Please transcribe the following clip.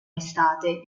estate